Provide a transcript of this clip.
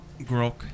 grok